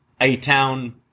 A-Town